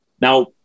Now